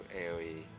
AOE